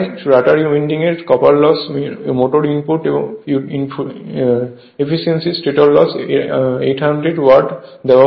rotor উইন্ডিংয়ে copper loss মোটরের input efficiency স্টেটরের লস 800 ওয়াট দেওয়া হয়েছে